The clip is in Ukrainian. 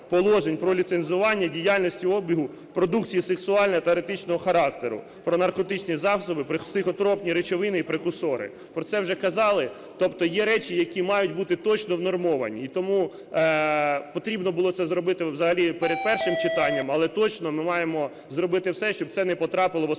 про ліцензування діяльності обігу продукції сексуального та еротичного характеру, про наркотичні засоби, про психотропні речовини і прекурсори. Про це вже казали, тобто є речі, які мають бути точно внормовані. І тому потрібно було це зробити взагалі перед першим читанням, але точно ми маємо зробити все, щоб це не потрапило в остаточну